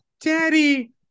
Daddy